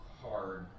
hard